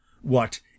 What